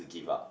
to give up